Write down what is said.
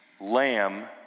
lamb